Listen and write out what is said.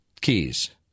keys